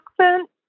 accent